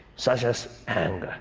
such as anger.